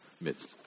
midst